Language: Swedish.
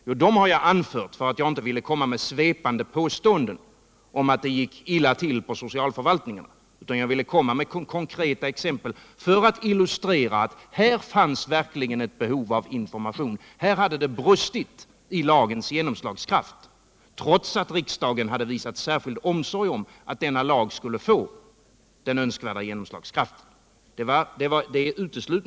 Jo, därför att jag inte ville komma med svepande påståenden om att det gick illa till på socialförvaltningarna utan ville komma med konkreta exempel för att illustrera att det verkligen fanns ett behov av information och att det hade brustit i lagens genomslagskraft trots att riksdagen hade visat särskild omsorg om att denna lag skulle få önskvärd genomslagskraft.